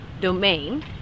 domain